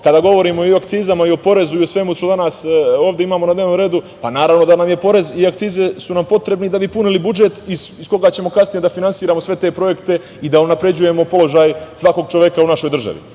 kada govorimo o akcizama, o porezu, o svemu što danas ovde imamo na dnevnom redu, naravno da su nam porez i akcize potrebni da bi punili budžet iz koga ćemo kasnije da finansiramo sve te projekte i da unapređujemo položaj svakog čoveka u našoj državi.